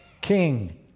king